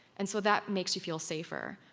and so that makes you feel safer.